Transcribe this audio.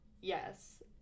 yes